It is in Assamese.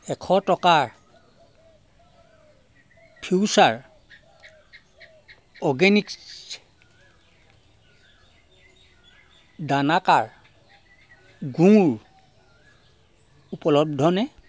এশ টকাৰ ফিউচাৰ অৰ্গেনিক্ছ দানাকাৰ গুড় উপলব্ধনে